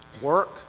work